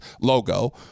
logo